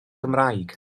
gymraeg